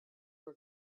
are